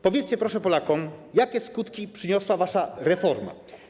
Powiedzcie, proszę, Polakom, jakie skutki przyniosła wasza reforma,